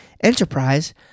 enterprise